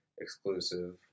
exclusive